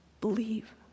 believe